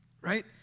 Right